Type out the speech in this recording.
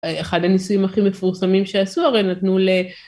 אחד הניסויים הכי מפורסמים שעשו, הרי נתנו ל...